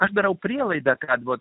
aš darau prielaidą kad buvo